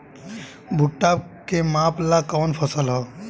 भूट्टा के मापे ला कवन फसल ह?